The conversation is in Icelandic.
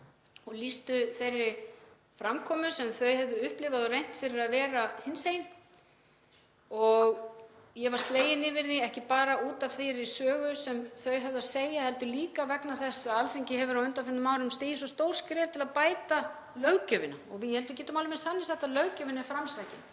og lýstu þeirri framkomu sem þau höfðu upplifað og reynt fyrir að vera hinsegin. Ég var slegin yfir því, ekki bara út af þeirri sögu sem þau höfðu að segja heldur líka vegna þess að Alþingi hefur á undanförnum árum stigið svo stór skref til að bæta löggjöfina, og ég held að við getum alveg með sanni sagt að löggjöfin er framsækin.